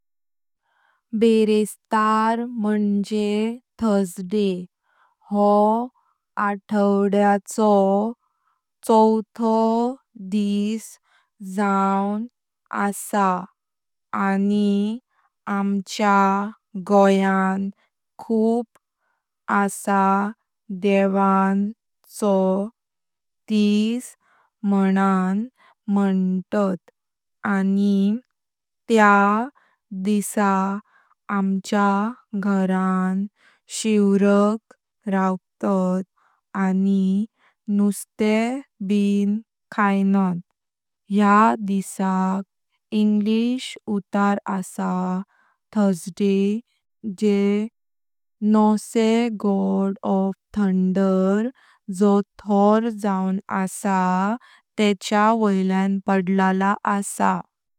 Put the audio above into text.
बेरेस्तार मुझें थर्सडे, हो आठवड्याचो चवथो दिस जावन आसा अनि आमचा गयों खूप आसा देवान चो दिस मणून म्हणतात अनि त्या दिसा आमचा घरान शिव्राग रावतात अनि नुस्ते बिन खायत। ह्या दिसाक इंग्लीश उतार आसा थर्सडे जे नॉर्स गॉड ऑफ थंडर, जो थॉर जावन आसा तेंच्या वैल्यां पडळला आसा।